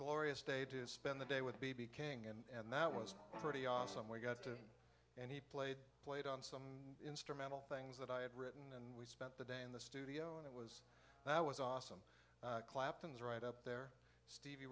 glorious day to spend the day with b b king and that was pretty awesome we got to and he played played on some instrumental things that i had written and we spent the day in the studio and it was that was awesome clapton's right up there stevie